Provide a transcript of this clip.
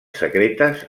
secretes